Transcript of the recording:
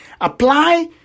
apply